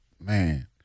man